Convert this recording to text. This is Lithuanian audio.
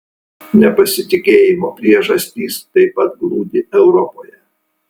nepasitikėjimo priežastys taip pat glūdi europoje